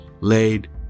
laid